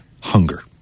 hunger